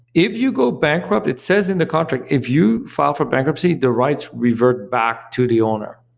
if you go bankrupt it says in the contract, if you file for bankruptcy, the rights revert back to the owner.